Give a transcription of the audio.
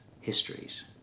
histories